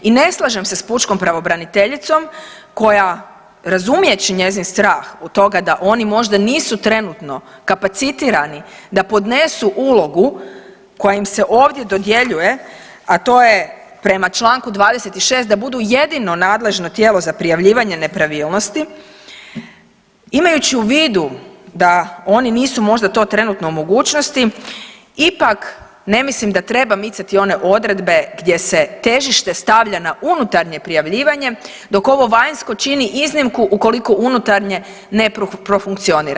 I ne slažem se s pučkom pravobraniteljicom koja razumijeći njezin strah da oni možda nisu trenutno kapacitirani da podnesu ulogu koja im se ovdje dodjeljuje, a to prema Članku 26. da budu jedino nadležno tijelo za prijavljivanje nepravilnosti, imajući u vidu da oni nisu možda to trenutno u mogućnosti ipak ne mislim da treba micati one odredbe gdje se težište stavlja na unutarnje prijavljivanje dok ovo vanjsko čini iznimku ukoliko unutarnje ne funkcionira.